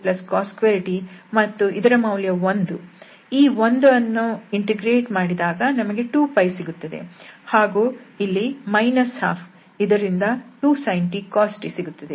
ಈ 1 ಅನ್ನು ಇಂಟಿಗ್ರೇಟ್ ಮಾಡಿದಾಗ ನಮಗೆ 2 ಸಿಗುತ್ತದೆ ಹಾಗೂ ಇಲ್ಲಿ 12 ಇದರಿಂದ 2sin t cos t ಸಿಗುತ್ತದೆ